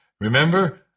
Remember